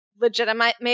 legitimate